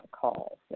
calls